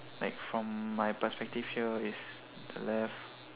like from my perspective here it's the left